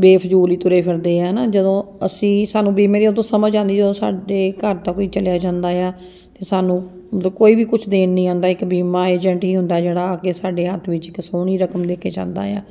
ਬੇਫਜ਼ੂਲ ਹੀ ਤੁਰੇ ਫਿਰਦੇ ਆ ਹੈ ਨਾ ਜਦੋਂ ਅਸੀਂ ਸਾਨੂੰ ਵੀ ਮੇਰੀ ਉਦੋਂ ਸਮਝ ਆਉਂਦੀ ਸਾਡੇ ਘਰ ਦਾ ਕੋਈ ਚਲਿਆ ਜਾਂਦਾ ਆ ਤਾਂ ਸਾਨੂੰ ਮਤਲਬ ਕੋਈ ਵੀ ਕੁਛ ਦੇਣ ਨਹੀਂ ਆਉਂਦਾ ਇੱਕ ਬੀਮਾ ਏਜੰਟ ਹੀ ਹੁੰਦਾ ਜਿਹੜਾ ਆ ਕੇ ਸਾਡੇ ਹੱਥ ਵਿੱਚ ਇੱਕ ਸੋਹਣੀ ਰਕਮ ਦੇ ਕੇ ਜਾਂਦਾ ਆ